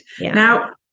Now